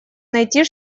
найти